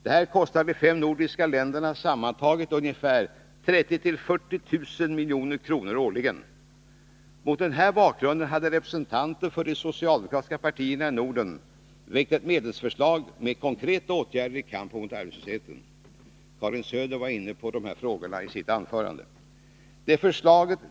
Detta kostar de fem nordiska länderna sammantaget 30 000-40 000 milj.kr. årligen. Mot denna bakgrund hade representanter för de socialdemokratiska partierna i Norden väckt ett medlemsförslag om konkreta åtgärder i kampen mot arbetslösheten; Karin Söder var inne på de här frågorna i sitt anförande.